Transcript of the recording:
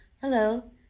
hello